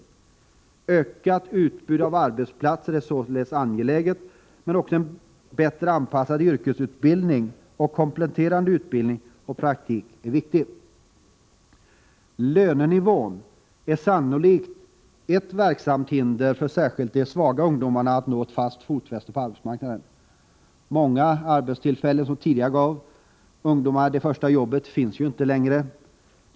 Ett ökat utbud av arbetsplatser är således angeläget, men också en bättre anpassad yrkesutbildning och kompletterande utbildning liksom praktik. Lönenivån är sannolikt ett verksamt hinder för att särskilt de svaga ungdomarna skall kunna få fotfäste på arbetsmarknaden. Många arbetstillfällen som tidigare gav ungdomarna deras första jobb finns inte längre.